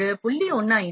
1 0